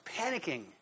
panicking